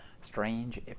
Strange